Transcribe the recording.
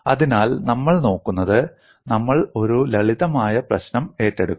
അതിനാൽ നമ്മൾ നോക്കുന്നത് നമ്മൾ ഒരു ലളിതമായ പ്രശ്നം ഏറ്റെടുക്കും